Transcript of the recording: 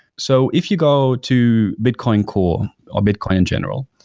so if you go to bitcoin core or bitcoin in general,